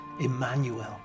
emmanuel